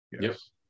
yes